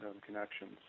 connections